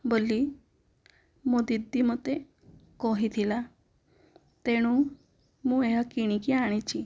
ବୋଲି ମୋ ଦିଦି ମତେ କହିଥିଲା ତେଣୁ ମୁଁ ଏହା କିଣିକି ଆଣିଛି